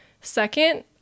Second